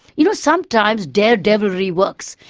you know sometimes, daredevilry works,